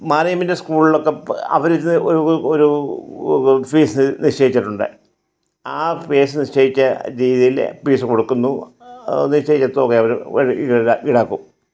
management സ്കൂളിലൊക്കെ അവർ ഒരു ഒരു ഒരു ഫീസ് നിശ്ചയിച്ചിട്ടുണ്ട് ആ ഫീസ് നിശ്ചയിച്ച രീതിയിൽ ഫീസ് കൊടുക്കുന്നു നിശ്ചയിച്ച തുക അവർ ഈടാക്കും ഈടാക്കും